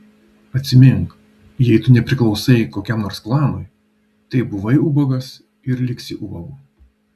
atsimink jei tu nepriklausai kokiam nors klanui tai buvai ubagas ir liksi ubagu